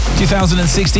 2016